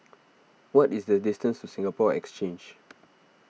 what is the distance to Singapore Exchange